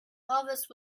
harvest